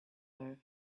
her